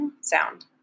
sound